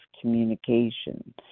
communication